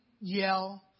yell